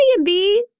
Airbnb